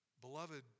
Beloved